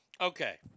Okay